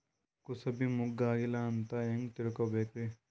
ಕೂಸಬಿ ಮುಗ್ಗ ಆಗಿಲ್ಲಾ ಅಂತ ಹೆಂಗ್ ತಿಳಕೋಬೇಕ್ರಿ?